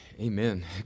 amen